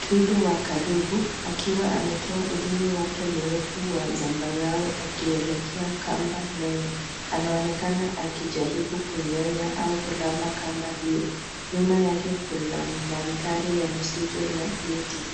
Twiga wa karibu, akiwa ametoa ulimi wake mrefu wa zambarau akielekea kamba nene. Anaonekana akijaribu kunyonya au kulamba kamba hiyo. Nyuma yake kuna mandhari ya msitu na miti